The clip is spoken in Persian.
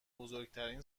بزرگترین